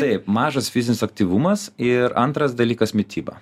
taip mažas fizinis aktyvumas ir antras dalykas mityba